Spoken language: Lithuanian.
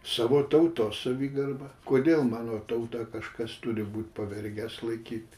savo tautos savigarbą kodėl mano tautą kažkas turi būt pavergęs laikyt